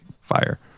fire